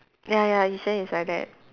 ya ya usually it's like that